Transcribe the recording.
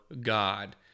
God